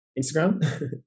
Instagram